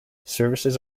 services